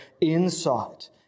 insight